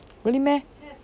really meh